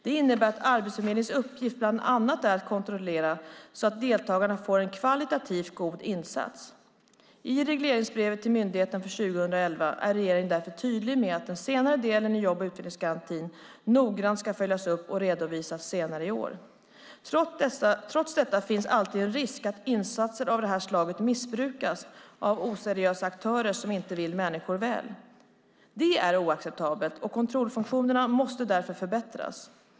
Detta innebär att Arbetsförmedlingens uppgift bland annat är att kontrollera att deltagarna får en kvalitativt god insats. I regleringsbrevet till myndigheten för 2011 är regeringen därför tydlig med att den senare delen i jobb och utvecklingsgarantin noggrant ska följas upp och redovisas senare i år. Trots detta finns alltid en risk att insatser av det här slaget missbrukas av oseriösa aktörer som inte vill människor väl. Det är oacceptabelt och kontrollfunktionerna måste därför förbättras.